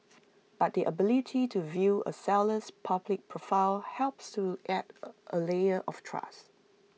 but the ability to view A seller's public profile helps to add A layer of trust